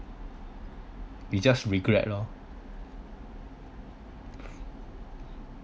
we just regret lor